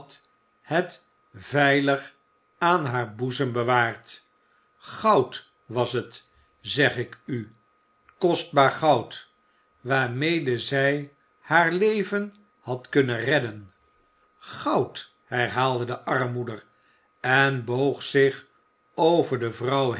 het velig aan haar boezem bewaard goud was het zeg ik u kostbaar goud waarmede zij haar leven had kunnen redden goud herhaalde de armmoeder en boog zich over de vrouw